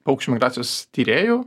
paukščių migracijos tyrėjų